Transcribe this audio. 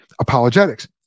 apologetics